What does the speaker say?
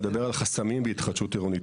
מדבר על חסמים בהתחדשות העירונית.